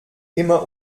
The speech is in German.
immer